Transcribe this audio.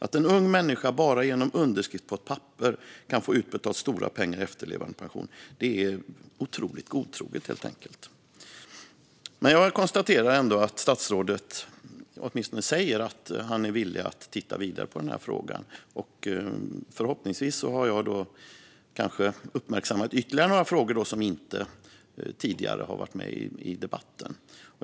Att en ung människa bara genom en underskrift på ett papper kan få stora pengar utbetalda i efterlevandepension är helt enkelt otroligt godtroget. Jag konstaterar ändå att statsrådet åtminstone säger att han är villig att titta vidare på denna fråga. Förhoppningsvis har jag uppmärksammat ytterligare några frågor som inte tidigare har varit med i debatten.